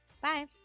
Bye